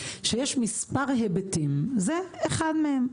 שיש מספר היבטים וזה אחד מהם.